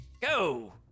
Go